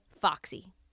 Foxy